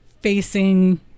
facing